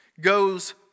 goes